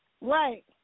Right